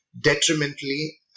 detrimentally